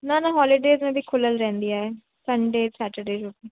न न हॉलीडेस में बि खुलियलु रहंदी आहे संडे सेटरडे जो